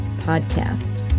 podcast